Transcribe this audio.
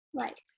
Right